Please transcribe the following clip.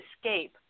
escape